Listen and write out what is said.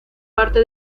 parte